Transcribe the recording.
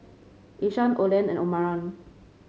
Ishaan Olen and Omarion